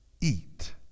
eat